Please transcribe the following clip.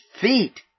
feet